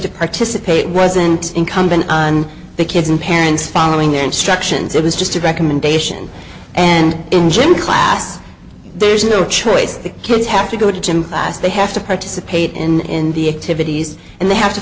to participate wasn't incumbent on the kids and parents following their instructions it was just a recommendation and in gym class there's no choice the kids have to go to gym class they have to participate in activities and they have to